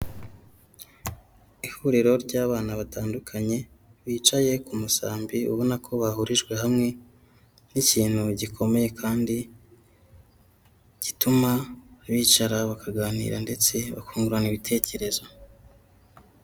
Ihuriro ry'abana batandukanye bicaye ku musambi ubona ko bahurijwe hamwe n'ikintu gikomeye kandi gituma bicara bakaganira ndetse bakungurana ibitekerezo.